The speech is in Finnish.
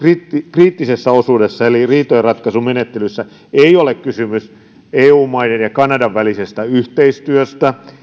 kriittisessä osuudessa eli riitojenratkaisumenettelyssä ei ole kysymys eu maiden ja kanadan välisestä yhteistyöstä ei